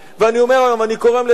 אני קורא היום להתיישבות ביהודה ושומרון